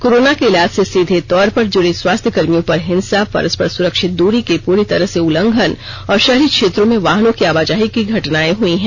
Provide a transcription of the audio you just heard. corona के इलाज से सीधे तौर पर जुड़े स्वास्थ्यकर्मियों पर हिंसा परस्पर सुरक्षित दूरी के पूरी तरह से उल्लंघन और शहरी क्षेत्रों में वाहनों की आवाजाही की घटनाएं हई हैं